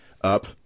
Up